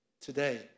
today